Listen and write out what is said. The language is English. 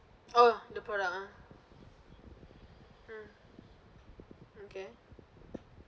oh the product ah mm okay